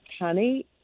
honey